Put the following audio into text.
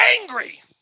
angry